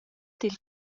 dil